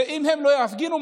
ואם הם לא יפגינו,